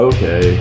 Okay